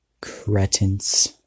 cretins